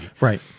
Right